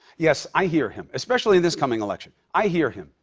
yes, i hear him, especially in this coming election. i hear him.